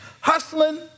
hustling